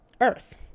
earth